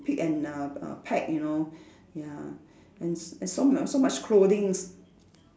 pick and uh uh pack you know ya and s~ so much so much clothings